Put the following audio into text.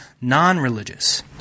non-religious